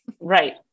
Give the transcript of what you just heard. Right